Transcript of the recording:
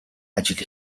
ажил